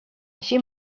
així